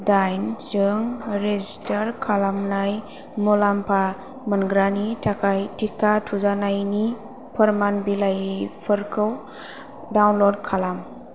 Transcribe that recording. दाइनजों रेजिस्टार खालामनाय मुलाम्फा मोनग्रानि थाखाय टिका थुजानायनि फोरमान बिलाइफोरखौ डाउनलड खालाम